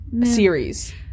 Series